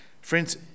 friends